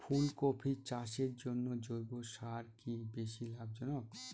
ফুলকপি চাষের জন্য জৈব সার কি বেশী লাভজনক?